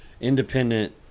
independent –